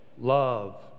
love